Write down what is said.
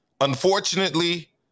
Unfortunately